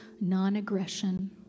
non-aggression